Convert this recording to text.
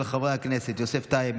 של חברי הכנסת יוסף טייב,